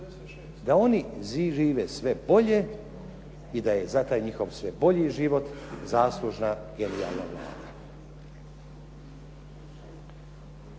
Da oni žive sve bolje i da je za taj njihov sve bolji život zaslužna genijalna Vlada.